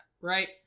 right